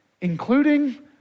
including